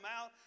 out